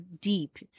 deep